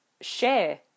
share